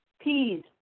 Peas